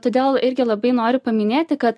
todėl irgi labai noriu paminėti kad